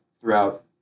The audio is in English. throughout